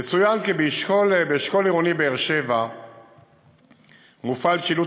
יצוין כי באשכול עירוני באר-שבע מופעל שילוט